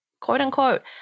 quote-unquote